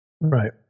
Right